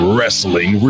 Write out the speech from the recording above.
Wrestling